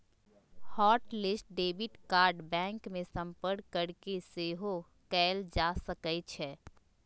hot list debit card bank में संपर्क कऽके सेहो कएल जा सकइ छै